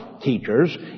teachers